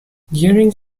during